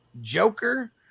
Joker